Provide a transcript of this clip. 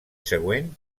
següent